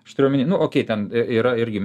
aš turiu omeny nu okei ten yra irgi